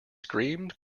screamed